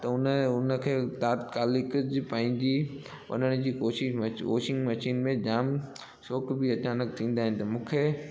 त हुन हुनखे तात्कालिक जी पएजी वञण जी कोशिश में वॉशिंग मशीन में जाम शॉक बि अचानकि थींदा आहिनि त मूंखे